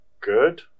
good